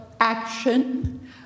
action